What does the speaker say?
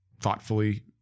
thoughtfully